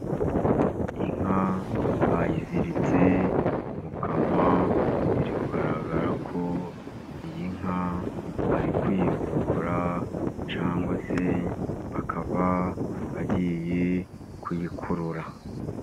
Inka bayiziritse mu kanwa, biri kugaragara ko iyi nka bari kuyivura cyangwa se bakaba bagiye kuyikurura.